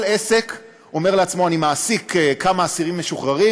כל עסק אומר לעצמו: אני מעסיק כמה אסירים משוחררים,